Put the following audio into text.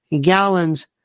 gallons